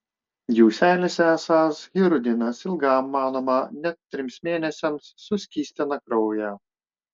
jų seilėse esąs hirudinas ilgam manoma net trims mėnesiams suskystina kraują